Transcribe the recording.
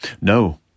No